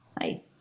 Hi